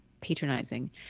patronizing